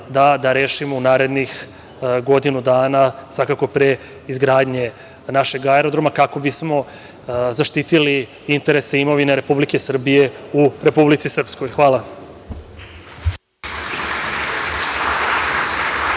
da rešimo u narednih godinu dana, svakako pre izgradnje našeg aerodroma kako bismo zaštitili interese imovine Republike Srbije u Republici Srpskoj. Hvala.